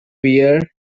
wear